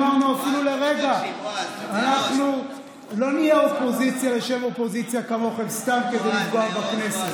לא אמרנו אפילו לרגע שאנחנו נהיה אופוזיציה כמוכם סתם כדי לפגוע בכנסת,